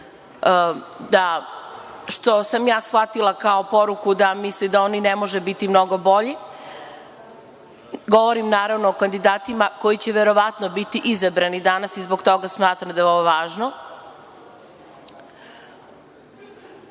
je, što sam ja shvatila kao poruku da misli da on i ne može biti mnogo bolji. Govorim naravno o kandidatima koji će verovatno biti izabrani danas i zbog toga smatram da je ovo